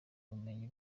bumenyi